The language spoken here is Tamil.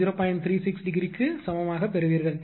36 ° க்கு சமமாகப் பெறுவீர்கள்